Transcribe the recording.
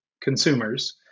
consumers